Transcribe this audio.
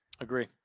Agree